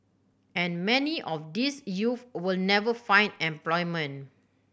and many of these youth will never find employment